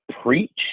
preach